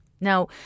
Now